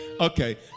okay